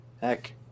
Heck